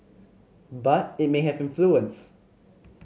but it may have influence